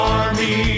army